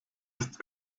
ist